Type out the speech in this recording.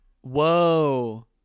Whoa